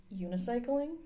unicycling